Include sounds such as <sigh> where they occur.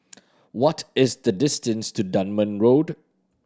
<noise> what is the distance to Dunman Road